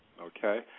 Okay